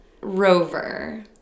Rover